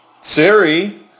Siri